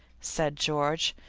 said george.